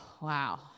wow